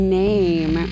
name